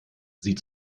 sieht